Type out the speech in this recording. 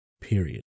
Period